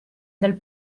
del